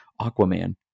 Aquaman